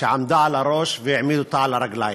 שעמדה על הראש והעמיד אותה על הרגליים.